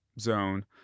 zone